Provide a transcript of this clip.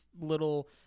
little